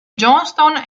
johnston